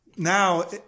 Now